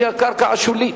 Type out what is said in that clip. שהיא הקרקע השולית.